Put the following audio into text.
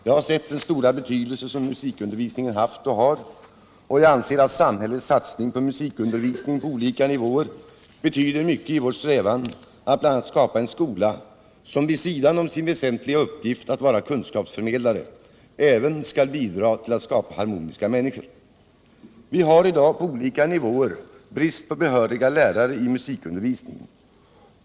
Jag har sett den stora betydelse som musikundervisningen haft och har, och jag anser att samhällets satsning på musikundervisning på olika nivåer betyder mycket i vår strävan att bl.a. skapa en skola, som vid sidan om sin väsentliga uppgift att vara kunskapsförmedlare även skall bidra till att skapa harmoniska människor. Vi har i dag — på olika nivåer — brist på behöriga lärare i musikundervisningen.